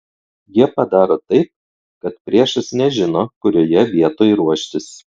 jie padaro taip kad priešas nežino kurioje vietoj ruoštis